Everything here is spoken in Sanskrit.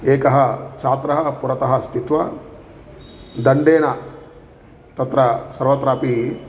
एकः छात्रः पुरतः स्थित्वा दण्डेन तत्र सर्वत्रापि